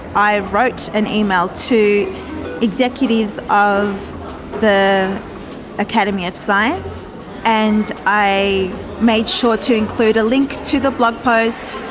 i wrote an email to executives of the academy of science and i made sure to include a link to the blog post.